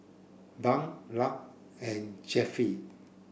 Bunk Lark and Jeffie